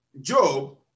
Job